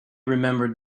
remembered